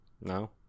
No